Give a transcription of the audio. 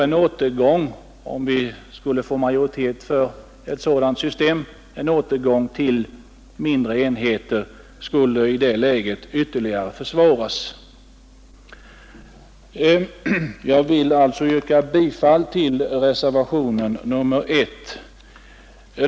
En återgång till mindre enheter, om vi skulle få majoritet för ett sådant system, skulle i det läget ytterligare försvåras. Jag yrkar bifall till reservationen A 1.